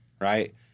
right